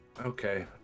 Okay